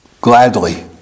gladly